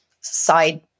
side